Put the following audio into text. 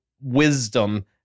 wisdom